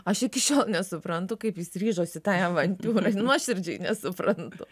aš iki šiol nesuprantu kaip jis ryžosi tai tai avantiūrai nuoširdžiai nesuprantu